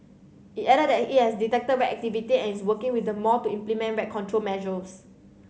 it added that it has detected rat activity and is working with the mall to implement rat control measures